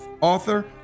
author